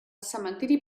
cementiri